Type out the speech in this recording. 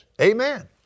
amen